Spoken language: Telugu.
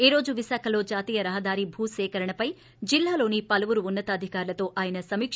ఈ రోజు విశాఖలో జాతీయ రహదారి భూ సేకరణపై జిల్లాలోని పలువురు ఉన్నతాధికారులతో ఆయన సమీక